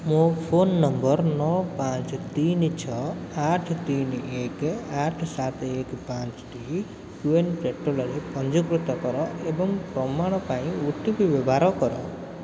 ମୋ phone number ନଅ ପାଞ୍ଚ ତିନି ଛଅ ଆଠ ତିନି ଏକ ଆଠ ସାତ ଏକ ପାଞ୍ଚଟି ଟୁ ଏନ୍ ପୋର୍ଟାଲ୍ରେ ପଞ୍ଜୀକୃତ କର ଏବଂ ପ୍ରମାଣ ପାଇଁ ଓ ଟି ପି ବ୍ୟବହାର କର